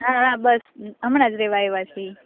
હા હા બસ હમણાંજ રેવા આયવા છે ઇ